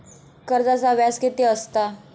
कर्जाचा व्याज कीती असता?